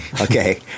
okay